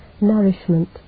nourishment